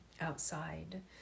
outside